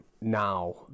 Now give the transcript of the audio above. now